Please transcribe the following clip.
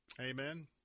Amen